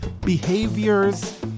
behaviors